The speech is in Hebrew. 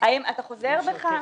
אתה חוזר בך?